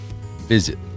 Visit